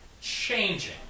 changing